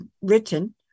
written